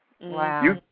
Wow